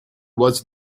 was